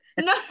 No